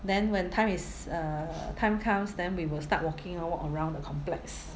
then when time is uh time comes then we will start walking orh walk the complex